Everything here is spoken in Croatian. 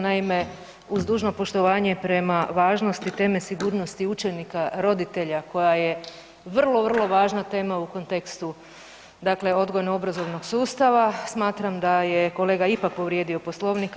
Naime, uz dužno poštovanje prema važnosti teme sigurnosti učenika, roditelja koja je vrlo, vrlo važna tema u kontekstu dakle odgojno-obrazovnog sustava smatram da je kolega ipak povrijedio Poslovnik.